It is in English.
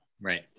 Right